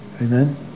Amen